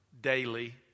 daily